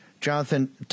Jonathan